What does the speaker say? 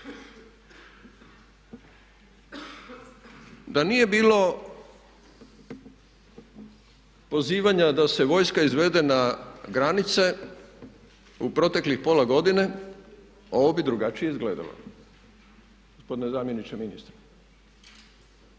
da nije bilo pozivanja da se vojska izvede na granice u proteklih pola godine ovo bi drugačije izgledalo, gospodine zamjeniče ministra.